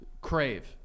Crave